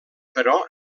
però